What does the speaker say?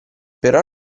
però